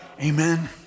Amen